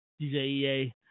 DJEA